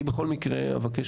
אני בכל מקרה אבקש